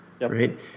Right